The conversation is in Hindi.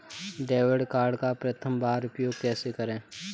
डेबिट कार्ड का प्रथम बार उपयोग कैसे करेंगे?